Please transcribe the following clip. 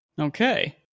Okay